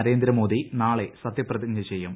നരേന്ദ്രമോദി നാളെ സത്യപ്രതിജ്ഞ ചെയ്യും